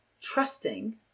trusting